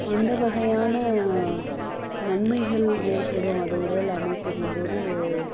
இந்த வகையான நன்மைகள் ஏற்படும் அது உடல் அமைப்புங்கும்போது